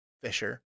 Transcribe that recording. Fisher